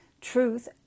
truth